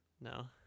No